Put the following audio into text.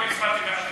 לא הצבעתי בעד הסעיף.